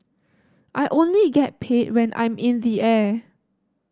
I only get paid when I'm in the air